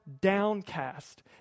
downcast